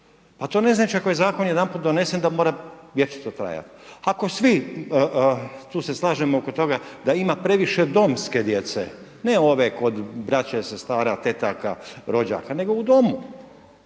Pa to ne znači ako je zakon jedanput donesen da mora vječito trajati. Ako svi, tu se slažemo oko toga da ima previše domske djece, ne ove kod brače, sestara, tetaka, rođaka nego u domu,